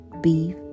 beef